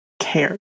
care